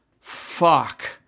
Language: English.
fuck